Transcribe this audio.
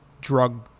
drug